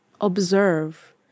observe